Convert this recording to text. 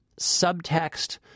subtext